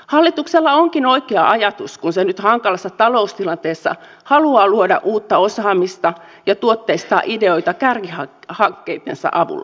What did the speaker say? hallituksella onkin oikea ajatus kun se nyt hankalassa taloustilanteessa haluaa luoda uutta osaamista ja tuotteistaa ideoita kärkihankkeittensa avulla